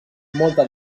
molta